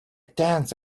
tenth